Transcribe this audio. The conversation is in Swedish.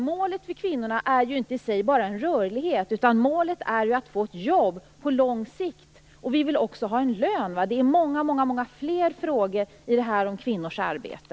Målet för kvinnorna är ju inte bara rörlighet, utan målet är ju att få ett jobb på lång sikt. Vi vill också ha en rimlig lön. Det ryms alltså många fler frågor i det här med kvinnors arbete.